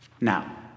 Now